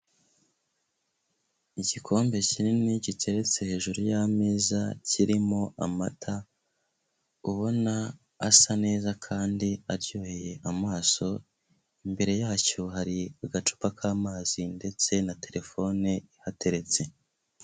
Igikombe kinini giteretse hejuru y'ameza kirimo amata ubona asa neza kandi aryoheye amaso imbere yacyo hari agacupa k'amazi ndetse na terefone ihateretse.